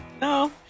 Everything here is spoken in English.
No